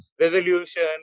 resolution